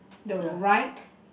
the right